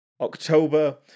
October